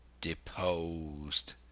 deposed